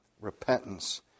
repentance